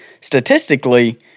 statistically